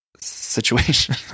situation